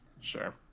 Sure